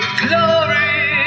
glory